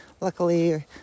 luckily